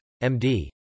MD